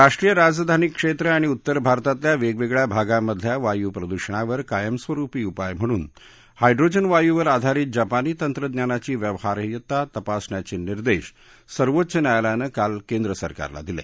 राष्ट्रीय राजधानी क्षेत्र आणि उत्तर भारतातल्या वेगवेगळ्या भागांमधल्या वायुप्रदूषणावर कायमस्वरूपी उपाय म्हणून हायड्रोजन वायूवर आधारित जपानी तंत्रज्ञानाची व्यवहार्यता तपासण्याचे निर्देश सर्वोच्च न्यायालयानं काल केंद्र सरकारला दिले